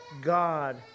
God